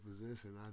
position